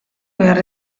behar